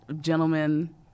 gentlemen